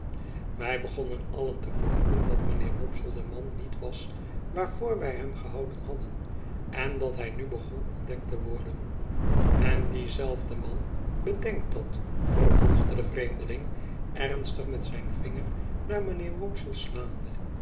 wij begonnen alien te vermoeden dat mijnheer wopsle de man niet was waarvoor wij hem gehouden hadden en dat hij nu begon ontdekt te worden en die zelfde man bedenk dat vervolgde de vreemdeling ernstig met zijn vinger naar mijnheer wopsle siaande